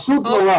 פשוט נורא.